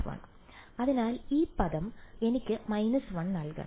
1 അതിനാൽ ഈ പദം എനിക്ക് 1 നൽകണം